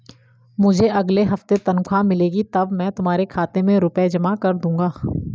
मुझे अगले हफ्ते तनख्वाह मिलेगी तब मैं तुम्हारे खाते में रुपए जमा कर दूंगा